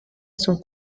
son